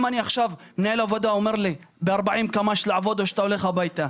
אם מנהל העבודה אומר לי תעבוד ב-40 קמ"ש או שתלך הביתה,